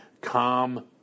calm